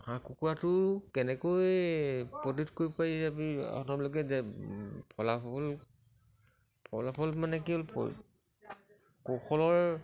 হাঁহ কুকুৰাটো কেনেকৈ প্ৰস্তুত কৰিব পাৰি আমি আপোনালোকে যে ফলাফল ফলাফল মানে কি হ'ল কৌশলৰ